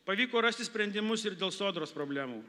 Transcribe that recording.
pavyko rasti sprendimus ir dėl sodros problemų